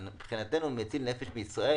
מבחינתנו, המציל נפש בישראל